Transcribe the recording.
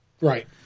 Right